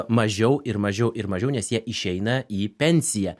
mažiau ir mažiau ir mažiau nes jie išeina į pensiją